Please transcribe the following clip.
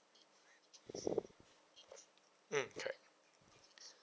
mm correct